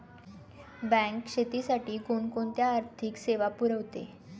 Bank शेतीसाठी कोणकोणत्या आर्थिक सेवा पुरवते?